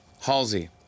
Halsey